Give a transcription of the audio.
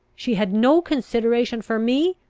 she had no consideration for me,